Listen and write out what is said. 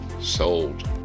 Sold